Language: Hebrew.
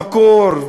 במקור,